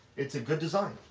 it's a good design,